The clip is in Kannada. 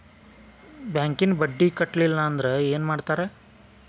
ಬ್ಯಾಂಕಿನ ಬಡ್ಡಿ ಕಟ್ಟಲಿಲ್ಲ ಅಂದ್ರೆ ಏನ್ ಮಾಡ್ತಾರ?